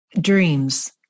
dreams